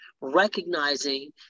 recognizing